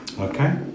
Okay